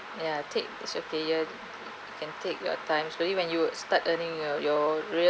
ya take you can take your times it's only when you start earning your your